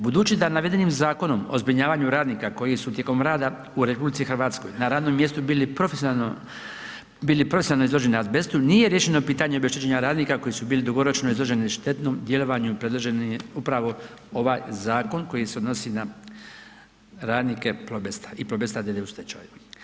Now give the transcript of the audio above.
Budući da navedenim Zakonom o zbrinjavanju radnika koji su tijekom rada u RH na radnom mjestu bili profesionalno, bili profesionalno izloženi azbestu, nije riješeno pitanje obeštećenja radnika koji su bili dugoročno izloženi štetnom djelovanju, predložen im je upravo ovaj zakon koji se odnosi na radnike Plobesta i Plobesta d.d. u stečaju.